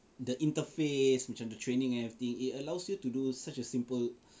the interface macam the training everything it allows you to do such a simple